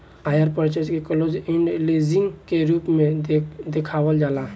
hire purchase के close end leasing के रूप में देखावल जाला